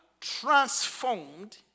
transformed